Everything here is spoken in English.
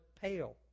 pale